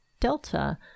delta